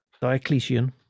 diocletian